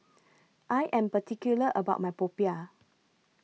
I Am particular about My Popiah